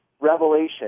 revelation